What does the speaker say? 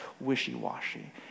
wishy-washy